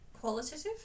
Qualitative